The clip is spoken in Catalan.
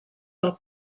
del